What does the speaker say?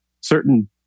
certain